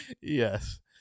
Yes